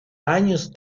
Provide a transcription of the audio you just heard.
años